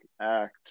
ACT